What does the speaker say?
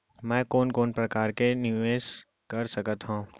मैं कोन कोन प्रकार ले निवेश कर सकत हओं?